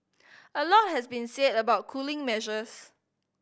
a lot has been said about cooling measures